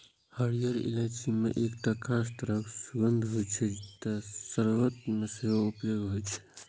हरियर इलायची मे एकटा खास तरह सुगंध होइ छै, तें शर्बत मे सेहो उपयोग होइ छै